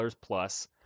plus